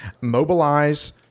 mobilize